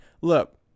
Look